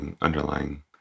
underlying